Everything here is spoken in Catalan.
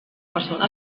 persona